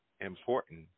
important